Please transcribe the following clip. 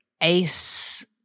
ace